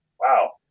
Wow